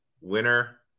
winner